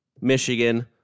Michigan